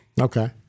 Okay